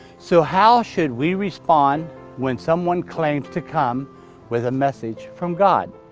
so how should we respond when someone claims to come with a message from god?